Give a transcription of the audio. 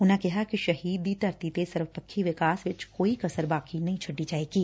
ਉਨਾਂ ਕਿਹਾ ਕਿ ਸ਼ਹੀਦ ਦੀ ਧਰਤੀ ਦੇ ਸਰਬਪੱਖੀ ਵਿਕਾਸ ਵਿਚ ਕੋਈ ਕਸਰ ਬਾਕੀ ਨਹੀ ਛੱਡੀ ਜਾਵੇਗੀ